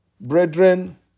Brethren